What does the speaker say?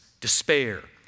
despair